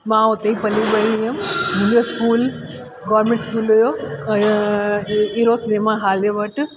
मां उते ई पली बड़ी हुअमि मुंहिंजो स्कूल गोरमेंट स्कूल हुओ इरो सिनेमा हॉलवे वटि